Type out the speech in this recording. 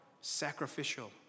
sacrificial